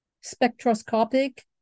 spectroscopic